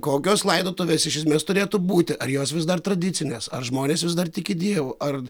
kokios laidotuvės iš esmės turėtų būti ar jos vis dar tradicinės ar žmonės vis dar tiki dievu ar